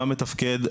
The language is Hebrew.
מה מתפקד,